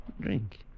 Drink